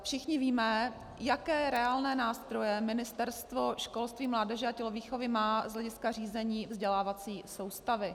Všichni víme, jaké reálné nástroje Ministerstvo školství, mládeže a tělovýchovy má z hlediska vzdělávací soustavy.